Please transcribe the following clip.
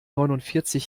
neunundvierzig